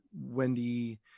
Wendy